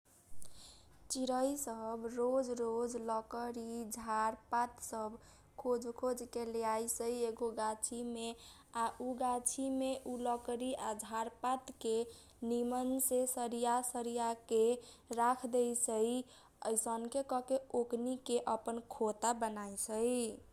चिरै सब रोज रोज लकरी झारपात सब खोज खोजके लेआइसै एगो गाछीमे आ उ लकरी आ झारपात के निमनसे सरिया सरिया के राख दैसै अइसनके करके ओकनीके अपन खोता बनैसै।